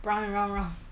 round and round round